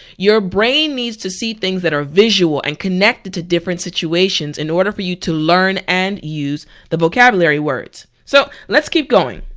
your brain needs to see things that are visual and connected to different situations in order for you to learn and use the vocabulary words so let's keep going.